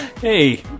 Hey